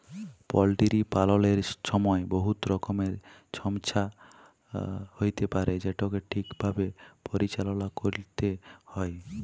poultry পাললের ছময় বহুত রকমের ছমচ্যা হ্যইতে পারে যেটকে ঠিকভাবে পরিচাললা ক্যইরতে হ্যয়